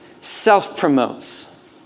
self-promotes